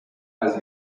has